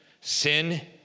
Sin